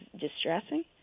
distressing